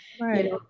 right